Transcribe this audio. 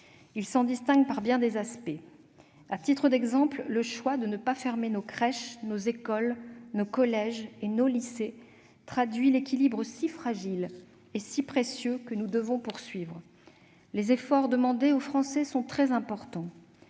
Il s'en distingue par bien des aspects. À titre d'exemple, le choix de ne pas fermer nos crèches, nos écoles, nos collèges et nos lycées traduit l'équilibre si fragile et si précieux que nous devons chercher à atteindre. Les efforts demandés aux Français sont très importants